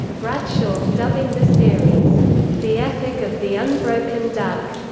bradshaw, dubbing the series the epic of the unbroken duck,